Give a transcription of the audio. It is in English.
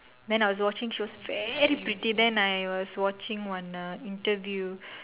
then I was watching she was very pretty then I was watching one uh interview